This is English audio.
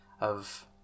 of-